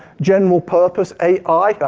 general purpose ai,